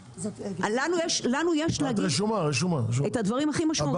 לנו יש להגיד את הדברים הכי משמעותיים.